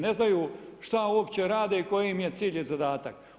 Ne znaju šta uopće rade, koji im je cilj i zadatak.